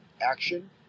action